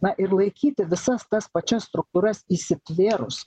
na ir laikyti visas tas pačias struktūras įsitvėrus